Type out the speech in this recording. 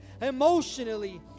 emotionally